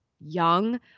young